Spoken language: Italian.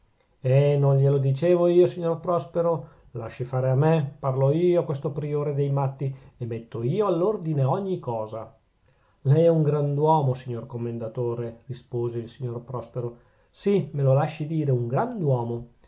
eh non glielo dicevo io signor prospero lasci fare a me parlo io a questo priore dei matti e metto io all'ordine ogni cosa lei è un grand'uomo signor commendatore rispose il signor prospero sì me lo lasci dire un